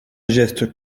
geste